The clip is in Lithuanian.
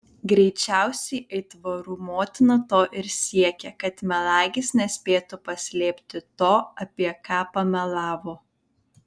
greičiausiai aitvarų motina to ir siekė kad melagis nespėtų paslėpti to apie ką pamelavo